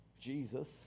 Jesus